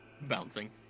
Bouncing